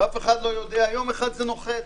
יום אחד זה נוחת.